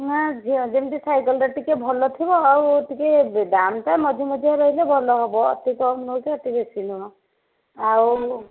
ନା ଯେମିତି ସାଇକଲଟା ଟିକେ ଭଲ ଥିବ ଆଉ ଟିକେ ଦାମଟା ମଝି ମଝିଆ ରହିଲେ ଭଲ ହେବ ଅତି କମ ନୁହଁ କି ଅତି ବେଶି ନୁହଁ ଆଉ